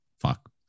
fuck